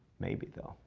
maybe, though.